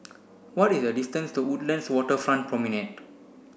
what is the distance to Woodlands Waterfront Promenade